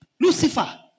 Lucifer